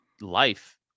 life